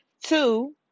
Two